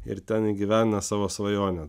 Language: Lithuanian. ir ten įgyvendina savo svajonę